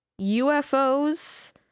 UFOs